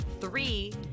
Three